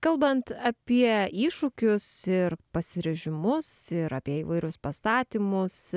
kalbant apie iššūkius ir pasiryžimus ir apie įvairius pastatymus